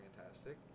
Fantastic